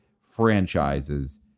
franchises